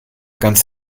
ganz